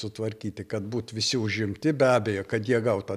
sutvarkyti kad būt visi užimti be abejo kad jie gautų